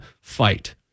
fight